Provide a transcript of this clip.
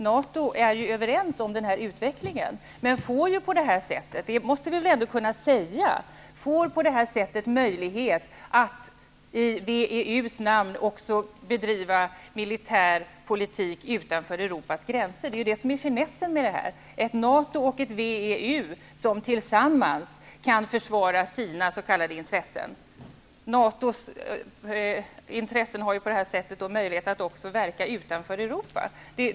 NATO är ju införstått med den här utvecklingen, men får ju på det här sättet -- det måste vi väl ändå kunna säga -- möjlighet att i WEU:s namn bedriva militär politik också utanför Europas gränser. Det är ju finessen med det här -- ett NATO och ett WEU som tillsammans kan försvara sina s.k. intresen. NATO:s intressen har på det sättet också möjlighet att verka utanför Europa.